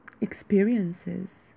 experiences